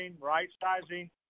right-sizing